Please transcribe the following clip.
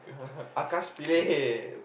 Akash-Pillay